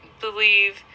believe